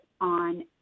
on